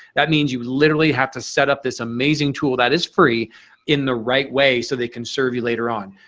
that means you literally have to set up this amazing tool that is free in the right way so they can serve you later on.